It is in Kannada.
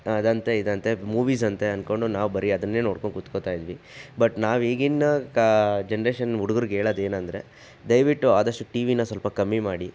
ಅದಂತೆ ಇದಂತೆ ಮೂವೀಸಂತೆ ಅಂದ್ಕೊಂಡು ನಾವು ಬರೀ ಅದನ್ನೇ ನೋಡ್ಕೊಂಡು ಕೂತ್ಕೊತಾಯಿದ್ವಿ ಬಟ್ ನಾವು ಈಗಿನ ಕಾ ಜನ್ರೇಷನ್ ಹುಡುಗರಿಗೆ ಹೇಳೋದೇನೆಂದ್ರೆ ದಯವಿಟ್ಟು ಆದಷ್ಟು ಟಿ ವಿನ ಸ್ವಲ್ಪ ಕಮ್ಮಿ ಮಾಡಿ